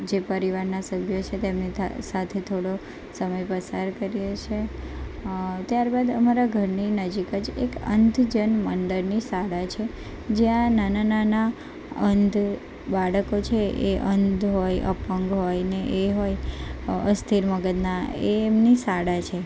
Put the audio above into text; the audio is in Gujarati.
જે પરિવારના સભ્યો છે તેમની સાથે થોડો સમય પસાર કરીએ છીએ ત્યારબાદ અમારાં ઘરની નજીક જ એક અંધજન મંડળની શાળા છે જ્યાં નાના નાના અંધ બાળકો છે એ અંધ હોય અને અપંગ હોય ને એ હોય અસ્થિર મગજના એ એમની શાળા છે